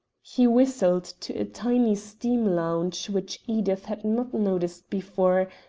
he whistled to a tiny steam launch which edith had not noticed before,